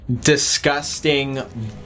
disgusting